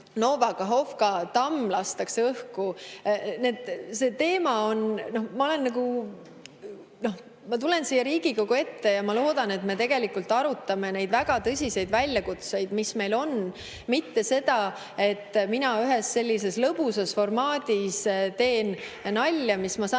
Nova Kahhovka tamm lastakse õhku ... Ma tulen siia Riigikogu ette ja loodan, et me arutame neid väga tõsiseid väljakutseid, mis meil on, mitte seda, et mina ühes sellises lõbusas formaadis tegin nalja, mis, ma sain